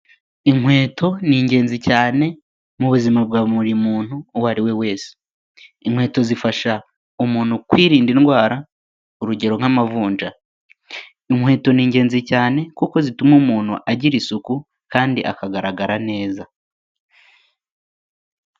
Inkweto ni ingenzi cyane mu buzima bwa buri muntu uwo ari we wese. Inkweto zifasha umuntu kwirinda indwara urugero nk'amavunja. Inkweto ni ingenzi cyane kuko zituma umuntu agira isuku kandi akagaragara neza.